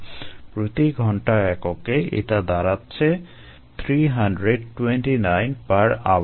'প্রতি ঘন্টা' এককে এটা দাঁড়াচ্ছে 329 h 1